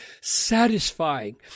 satisfying